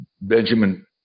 Benjamin